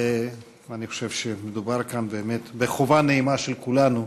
ואני חושב שמדובר כאן באמת בחובה נעימה של כולנו,